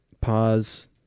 pause